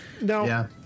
Now